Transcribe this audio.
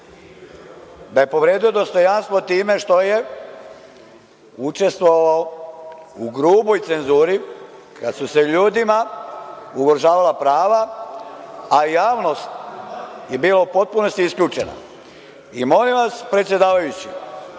da je povredio dostojanstvo time što je učestvovao u gruboj cenzuri kada su se ljudima ugrožavala prava a javnost je bila u potpunosti isključena i molim vas, predsedavajući,